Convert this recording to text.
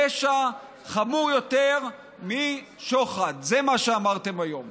זה פשע חמור יותר משוחד, זה מה שאמרתם היום.